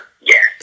yes